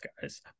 guys